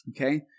Okay